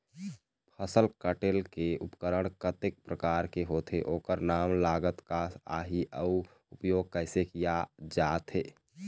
फसल कटेल के उपकरण कतेक प्रकार के होथे ओकर नाम लागत का आही अउ उपयोग कैसे किया जाथे?